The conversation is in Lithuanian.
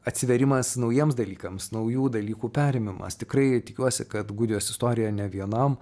atsivėrimas naujiems dalykams naujų dalykų perėmimas tikrai tikiuosi kad gudijos istorija ne vienam